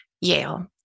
Yale